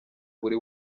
buri